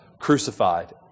crucified